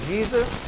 Jesus